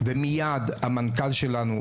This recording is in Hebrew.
ומייד המנכ"ל שלנו,